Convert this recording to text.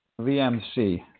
VMC